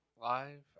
live